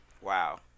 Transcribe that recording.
Wow